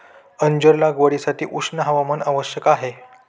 अंजीर लागवडीसाठी उष्ण हवामान आवश्यक आहे